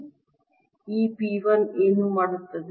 ಈ P 1 ಏನು ಮಾಡುತ್ತದೆ